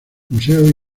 museo